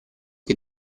che